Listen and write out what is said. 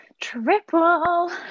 Triple